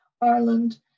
Ireland